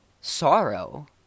sorrow